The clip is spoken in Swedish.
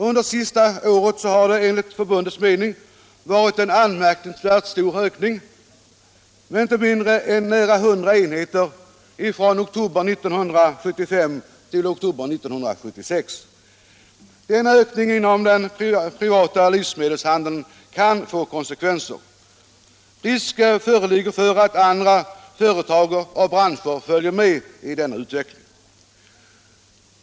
Under det senaste året — från oktober 1975 till oktober 1976 — har det enligt förbundets mening varit en anmärkningsvärt stor ökning med inte mindre än nära hundra enheter. Denna ökning inom den privata livsmedelshandeln kan få konsekvenser. Risk föreligger för att andra företag och branscher följer med i denna utveckling.